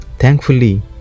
Thankfully